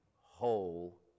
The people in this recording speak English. whole